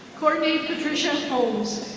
courtney pedrusha holmes.